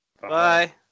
Bye